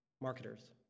marketers